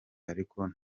ariko